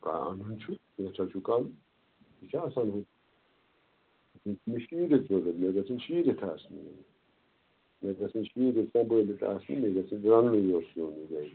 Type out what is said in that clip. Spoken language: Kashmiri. اَنُن چھُ کینٛژھاہ چھُ کَرُن یہِ چھُ آسان ہُو مےٚ چھِ شیٖرِتھ ضروٗرت مےٚ گژھیٚن شیٖرِتھ آسنہِ یِم مےٚ گژھیٚن شیٖرِتھ سمبھٲلِتھ آسنہِ مےٚ گژھیٚن رَننُے یوت پیٛون یہِ گھرِ